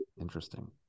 Interesting